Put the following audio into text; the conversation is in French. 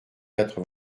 quatre